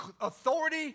authority